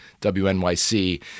WNYC